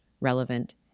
relevant